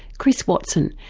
chris watson,